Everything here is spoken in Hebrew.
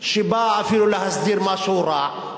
שבא אפילו להסדיר משהו רע,